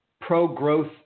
pro-growth